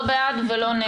לא בעד ולא נגד.